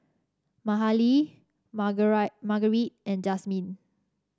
Mahalie Margarite and Jazmin